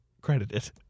credited